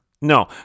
No